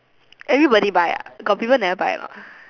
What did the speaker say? everybody buy ah got people never buy or not